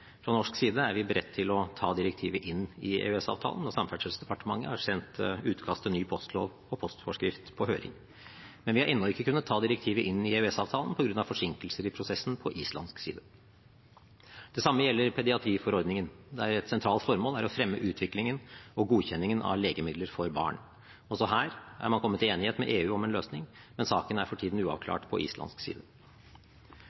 Fra norsk side er vi beredt til å ta direktivet inn i EØS-avtalen, og Samferdselsdepartementet har sendt utkast til ny postlov og postforskrift på høring. Men vi har ennå ikke kunnet ta direktivet inn i EØS-avtalen på grunn av forsinkelser i prosessen på islandsk side. Det samme gjelder pediatriforordningen, der et sentralt formål er å fremme utviklingen og godkjenningen av legemidler for barn. Også her har man kommet til enighet med EU om en løsning, men saken er for tiden